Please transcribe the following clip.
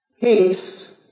Peace